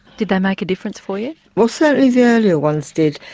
did they make a difference for you? well certainly the earlier ones did.